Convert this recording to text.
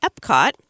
epcot